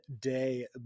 day